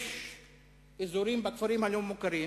יש אזורים בכפרים הלא-מוכרים